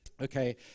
Okay